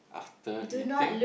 after eating